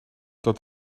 dat